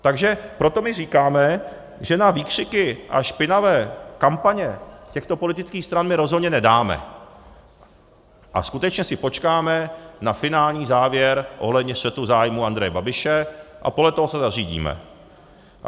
Takže proto my říkáme, že na výkřiky a špinavé kampaně těchto politických stran my rozhodně nedáme a skutečně si počkáme na finální závěr ohledně střetu zájmů Andreje Babiše a podle toho se zařídíme.